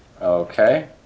Okay